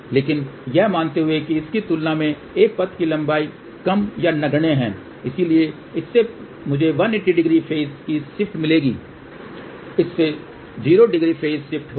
लेकिन यह मानते हुए कि इसकी तुलना में इस पथ की लंबाई बहुत कम या नगण्य है इसलिए इससे मुझे 1800 फेज़ की शिफ्ट मिलेगी इससे 00 फेज़ शिफ्ट होगी